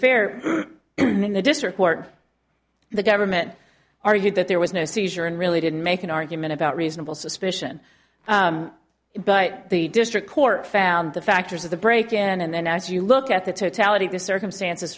fair in the district court the government argued that there was no seizure and really didn't make an argument about reasonable suspicion but the district court found the factors of the break in and then as you look at the totality of the circumstances